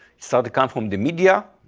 start to come from the media,